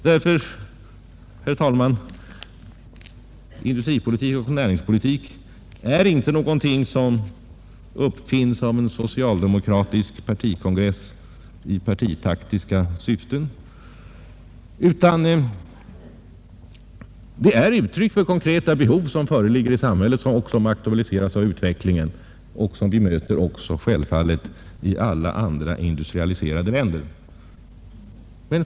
Därför, herr talman, vill jag framhålla att industripolitiken och näringspolitiken inte är någonting som har uppfunnits på en socialdemokratisk partikongress i partitaktiska syften, utan den är uttryck för konkreta behov som föreligger i samhället. De problem utvecklingen aktualiserat möter vi även i alla andra industrialiserade länder.